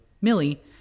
Millie